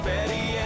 Betty